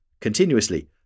continuously